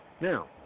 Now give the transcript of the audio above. Now